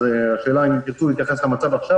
אז השאלה אם תרצו להתייחס למצב עכשיו.